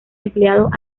empleados